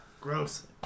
gross